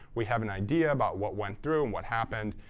we have an idea about what went through and what happened.